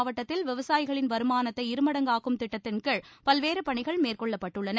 மாவட்டத்தில் விவசாயிகளின் வருமானத்தை இருமடங்காக்கும் திட்டத்தின்கீழ் அரியலுார் பல்வேறுபணிகள் மேற்கொள்ளப்பட்டுள்ளன